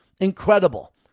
Incredible